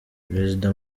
prezida